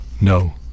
No